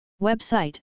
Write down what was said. Website